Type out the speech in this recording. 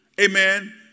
amen